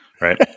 right